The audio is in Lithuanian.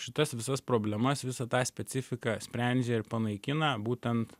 šitas visas problemas visą tą specifiką sprendžia ir panaikina būtent